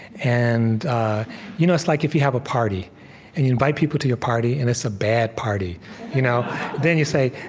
and you know it's like if you have a party, and you invite people to your party, and it's a bad party you know then you say,